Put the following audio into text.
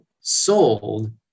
sold